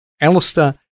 Alistair